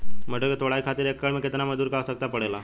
मटर क तोड़ाई खातीर एक एकड़ में कितना मजदूर क आवश्यकता पड़ेला?